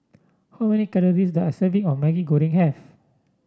how many calories does a serving of Maggi Goreng have